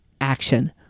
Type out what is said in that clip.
action